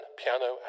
piano